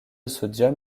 sodium